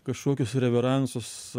kažkokius reveransus